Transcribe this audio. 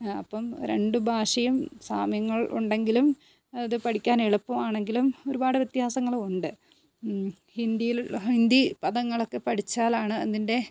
അപ്പം രണ്ടു ഭാഷയും സാമ്യങ്ങൾ ഉണ്ടെങ്കിലും അത് പഠിക്കാൻ എളുപ്പമാണെങ്കിലും ഒരുപാട് വ്യത്യാസങ്ങളുമുണ്ട് ഹിന്ദിയിൽ ഹിന്ദി പദങ്ങളൊക്കെ പഠിച്ചാലാണ് അതിൻ്റെ